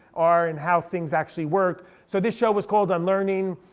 are and how things actually work. so this show was called unlearning.